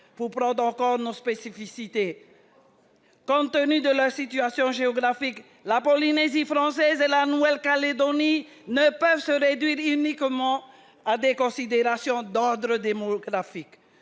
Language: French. pour prendre en compte nos spécificités. Étant donné leur situation géographique, la Polynésie française et la Nouvelle-Calédonie ne peuvent se réduire uniquement à des considérations d'ordre démographique